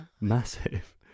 massive